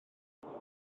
allech